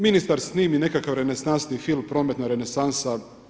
Ministar snimi nekakav renesansni film prometna renesansa.